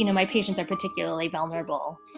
you know my patients are particularly vulnerable